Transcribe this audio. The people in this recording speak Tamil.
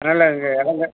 அதனால இங்கே இடங்க